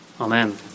amen